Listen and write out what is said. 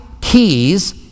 keys